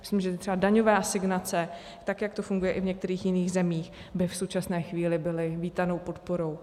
Myslím, že třeba daňové asignace, jak to funguje v některých jiných zemích, by v současné chvíli byly vítanou podporou.